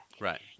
Right